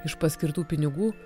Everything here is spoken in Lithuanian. iš paskirtų pinigų